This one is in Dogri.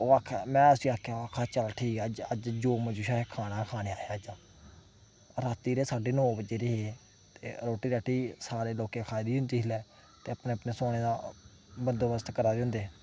ओह् आक्खै मैं उसी आखेआ आक्खै चल ठीक ऐ अज्ज जो मर्जी असें खाने गै खानें अहें अज्ज रातीं दे साड्ढे नौ बजे दे हे ते रुट्टी राट्टी सारे लोकें खाई दी होंदी जिसलै ते अपने अपने सोने दा बंदोबस्त करा दे होंदे